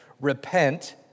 Repent